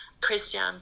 Christian